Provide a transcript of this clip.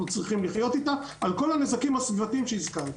צריכים לחיות איתה על כל הנזקים הסביבתיים שהזכרתי.